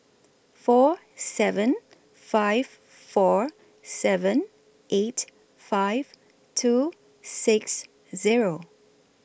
four seven five four seven eight five two six Zero